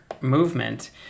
movement